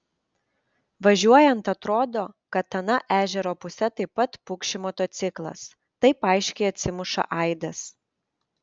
važiuojant atrodo kad ana ežero puse taip pat pukši motociklas taip aiškiai atsimuša aidas